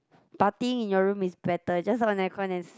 partying in your room is better just on air con and s~